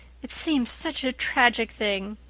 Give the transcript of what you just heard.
it seems such a tragic thing.